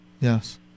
Yes